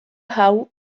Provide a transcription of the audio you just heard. hau